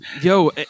Yo